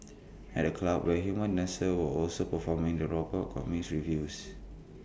at the club where human dancers were also performing the robot got mixed reviews